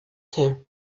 ter